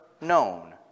known